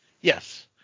Yes